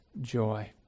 joy